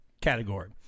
category